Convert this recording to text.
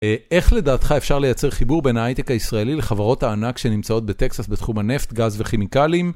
איך לדעתך אפשר לייצר חיבור בין ההייטק הישראלי לחברות הענק שנמצאות בטקסס בתחום הנפט, גז וכימיקלים?